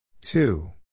Two